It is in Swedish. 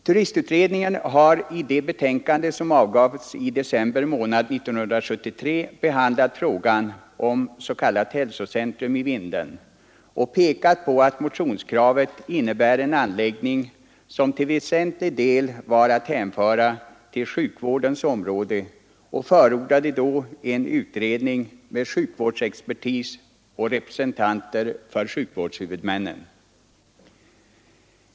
Turistutredningen har i det betänkande som avgavs i december 1973 behandlat frågan om s.k. hälsocentrum i Vindeln. Utredningen framhöll att motionskravet innebär en anläggning som till väsentlig del är att hänföra till sjukvårdens område och förordade en utredning med sjukvårdsexpertis och representanter för sjukvårdshuvudmännen.